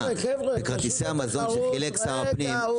כרטיסי המזון שחילק משרד הפנים,